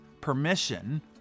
permission